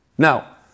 Now